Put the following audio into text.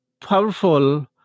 powerful